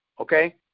okay